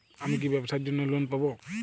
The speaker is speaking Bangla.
আমি কি ব্যবসার জন্য লোন পাব?